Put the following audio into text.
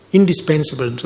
Indispensable